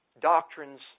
doctrines